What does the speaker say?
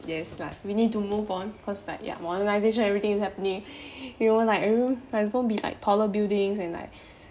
yes like we need to move on cause like ya modernisation everything is happening even like everyone there will be like taller buildings and like